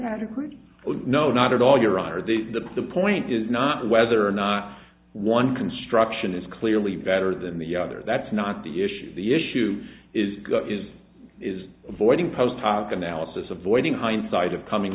adequate or no not at all your honor the the point is not whether or not one construction is clearly better than the other that's not the issue the issue is is is avoiding post hoc analysis avoiding hindsight of coming